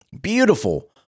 beautiful